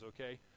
okay